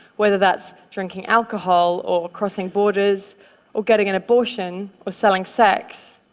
whether that's drinking alcohol or crossing borders or getting an abortion or selling sex,